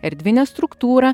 erdvinę struktūrą